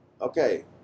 okay